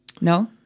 No